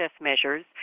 measures